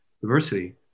diversity